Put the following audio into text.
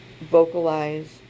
vocalize